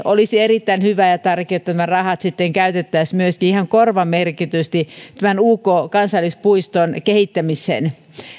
olisi erittäin hyvä ja ja tärkeää että nämä rahat sitten käytettäisiin myöskin ihan korvamerkitysti tämän uk kansallispuiston kehittämiseen